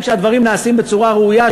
כשהדברים נעשים בצורה ראויה,